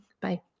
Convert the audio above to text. Bye